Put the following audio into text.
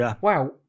Wow